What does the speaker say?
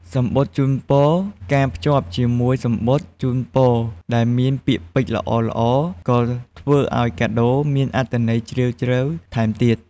សំបុត្រជូនពរ ការភ្ជាប់ជាមួយសំបុត្រជូនពរដែលមានពាក្យពេចន៍ល្អៗ ក៏ធ្វើឲ្យកាដូមានអត្ថន័យជ្រាលជ្រៅថែមទៀត។